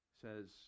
says